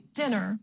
dinner